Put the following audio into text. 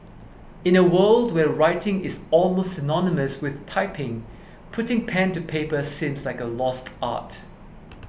in a world where writing is almost synonymous with typing putting pen to paper seems like a lost art